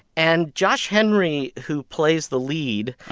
and josh henry, who plays the lead,